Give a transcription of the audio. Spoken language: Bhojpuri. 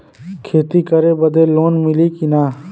खेती करे बदे लोन मिली कि ना?